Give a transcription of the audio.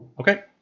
Okay